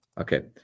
Okay